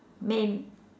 man